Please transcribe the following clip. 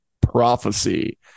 Prophecy